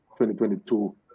2022